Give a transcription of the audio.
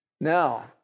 Now